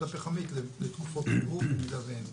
הפחמית לתקופות חירום במידה ואין גז.